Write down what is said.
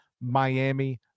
Miami